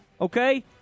Okay